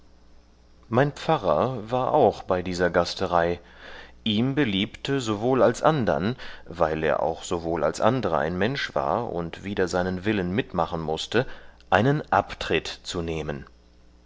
mein pfarrer war auch bei dieser gasterei ihm beliebte sowohl als andern weil er auch sowohl als andere ein mensch war und wider seinen willen mitmachen mußte einen abtritt zu nehmen